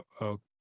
okay